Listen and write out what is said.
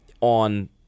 on